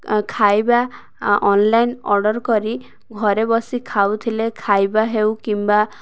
ଖାଇବା online order କରି ଘରେ ବସି ଖାଉଥିଲେ ଖାଇବା ହେଉ କିମ୍ବା